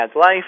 life